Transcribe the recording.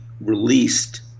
released